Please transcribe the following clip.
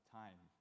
time